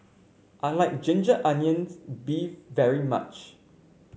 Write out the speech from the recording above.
I like Ginger Onions beef very much